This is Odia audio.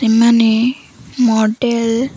ସେମାନେ ମଡ଼େଲ